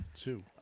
two